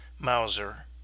mauser